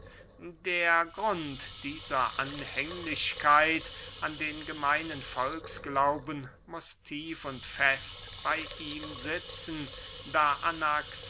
der grund dieser anhänglichkeit an den gemeinen volksglauben muß tief und fest bey ihm sitzen da